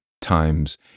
times